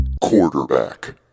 Quarterback